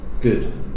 Good